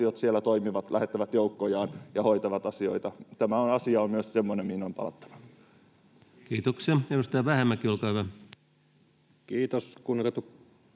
siellä toimivat, lähettävät joukkojaan ja hoitavat asioita. Myös tämä asia on semmoinen, mihin on palattava. Kiitoksia. — Edustaja Vähämäki, olkaa hyvä. Kiitos,